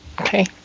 okay